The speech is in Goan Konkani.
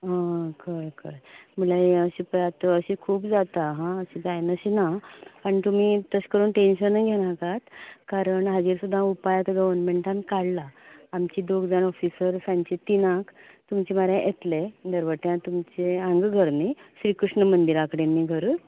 हय कळ्ळें कळ्ळें म्हणल्यार हे अशें तें आतां अशें खूब जाता हां अशें जायना अशें ना आनी तुमी तशें करून टँन्शनूय घेनाकात कारण हाजेर सुद्दां उपाय आता गव्हरमेंन्टान काडला आमची दोग जाणऑफिसर सांजची तिनांक तुमच्या म्हऱ्यान येतले दरवट्यान तुमचे हांगा घर न्ही श्री कृष्ण मंदिराकडेन न्ही घर